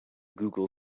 google